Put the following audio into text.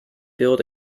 build